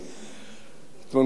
התמנותי לתפקיד,